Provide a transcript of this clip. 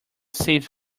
saved